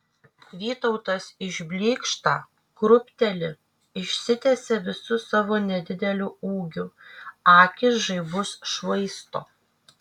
vytautas išblykšta krūpteli išsitiesia visu savo nedideliu ūgiu akys žaibus švaisto